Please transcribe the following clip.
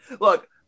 Look